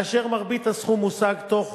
ומרבית הסכום הושג תוך